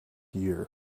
year